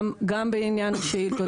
גם בעניין שאילתות,